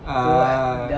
ah